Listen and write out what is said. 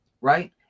right